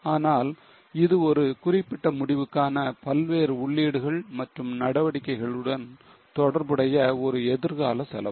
ஆனால் இது ஒரு குறிப்பிட்ட முடிவுக்கான பல்வேறு உள்ளீடுகள் மற்றும் நடவடிக்கைகளுடன் தொடர்புடைய ஒரு எதிர்கால செலவு